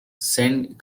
send